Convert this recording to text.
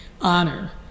honor